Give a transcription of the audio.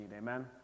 Amen